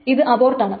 ഇത് അബോർട്ട് ആണ്